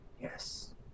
yes